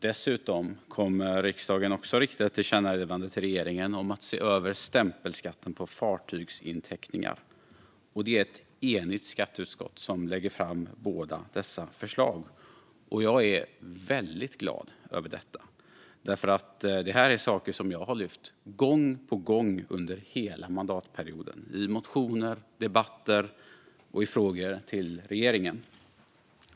Dessutom kommer riksdagen att rikta ett tillkännagivande till regeringen om att se över stämpelskatten på fartygsinteckningar. Det är ett enigt skatteutskott som lägger fram båda dessa förslag. Jag är väldigt glad över detta, för detta är saker som jag har lyft gång på gång under hela mandatperioden - i motioner, i debatter och i frågor till regeringen.